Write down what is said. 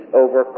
over